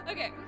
Okay